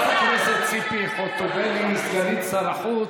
חברת הכנסת ציפי חוטובלי, סגנית שר החוץ.